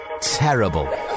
terrible